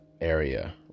area